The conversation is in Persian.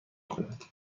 کند